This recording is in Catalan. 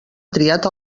triat